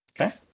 Okay